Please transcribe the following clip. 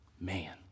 man